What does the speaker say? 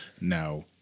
Now